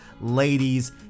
ladies